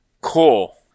cool